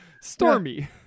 Stormy